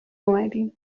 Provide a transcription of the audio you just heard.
اومدی